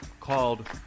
called